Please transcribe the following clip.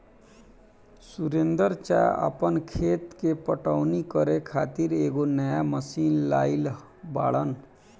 सुरेंदर चा आपन खेत के पटवनी करे खातिर एगो नया मशीन लाइल बाड़न